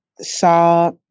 saw